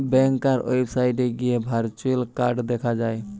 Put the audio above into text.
ব্যাংকার ওয়েবসাইটে গিয়ে virtual card দেখা যায়